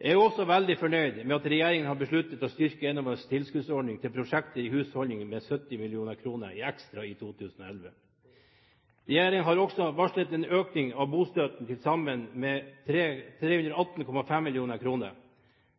Jeg er også veldig fornøyd med at regjeringen har besluttet å styrke Enovas tilskuddsordning til prosjekter i husholdningen med 70 mill. kr ekstra i 2011. Regjeringen har også varslet en økning av bostøtten med til sammen 318,5 mill. kr.